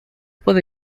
puede